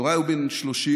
יוראי הוא בן 30,